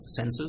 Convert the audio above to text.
sensors